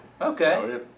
Okay